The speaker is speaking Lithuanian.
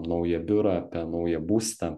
naują biurą apie naują būstą